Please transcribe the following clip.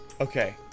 Okay